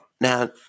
Now